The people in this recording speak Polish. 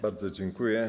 Bardzo dziękuję.